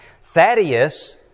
Thaddeus